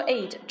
Aid